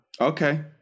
Okay